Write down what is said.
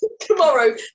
tomorrow